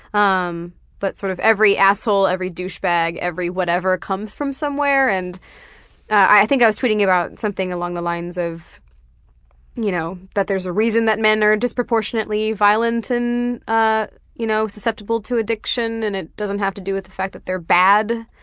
um but sort of every asshole, every douchebag, every whatever comes from somewhere and i think i was tweeting something along the lines you know that there's a reason that men are disproportionately violent and ah you know susceptible to addiction and it doesn't have to do with the fact that they're bad.